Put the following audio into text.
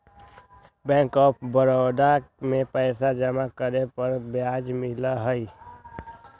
bank of Baroda में पैसा जमा करे पर ब्याज मिला हई